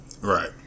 right